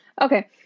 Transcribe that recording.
Okay